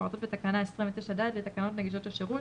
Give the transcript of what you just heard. המפורטות בתקנה 29(ד) לתקנות נגישות השירות,